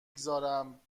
گذارم